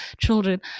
children